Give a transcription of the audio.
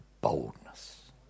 boldness